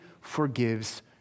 forgives